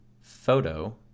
photo